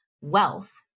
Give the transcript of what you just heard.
wealth